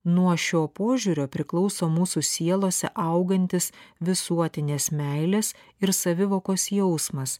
nuo šio požiūrio priklauso mūsų sielose augantis visuotinės meilės ir savivokos jausmas